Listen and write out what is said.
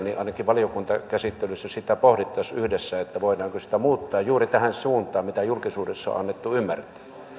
niin valiokuntakäsittelyssä ainakin pohdittaisiin yhdessä voidaanko sitä muuttaa juuri tähän suuntaan kuten julkisuudessa on annettu ymmärtää